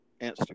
Instagram